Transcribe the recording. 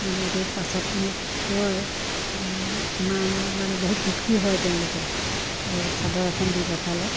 মানে সেহেঁতি পাছত মোক কয় ইমান মানে বহুত সুখী হয় তেওঁলোকে চাদৰ এখন দি পঠালে